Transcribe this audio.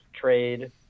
trade